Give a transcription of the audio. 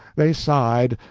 they sighed,